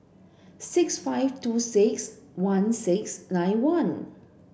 six five two six one six nine one